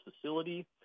facility